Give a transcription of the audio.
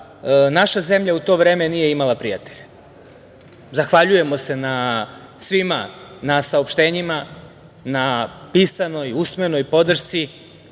naša zemlja u to vreme nije imala prijatelje. Zahvaljujemo se svima na saopštenjima, na pisanoj, usmenoj podršci,